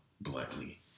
bluntly